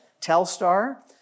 Telstar